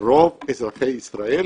רוב אזרחי ישראל